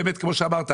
כמו שאמרת,